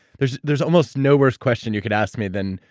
there's there's almost no worst question you could ask me than,